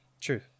True